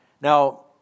Now